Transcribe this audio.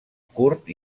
curt